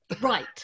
Right